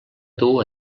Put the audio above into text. dur